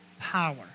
power